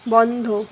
বন্ধ